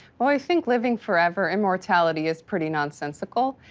well, i think living forever immortality is pretty nonsensical.